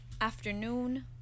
afternoon